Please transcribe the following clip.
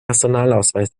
personalausweis